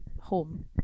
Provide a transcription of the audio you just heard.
home